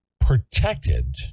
protected